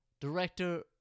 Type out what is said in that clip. Director